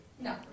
No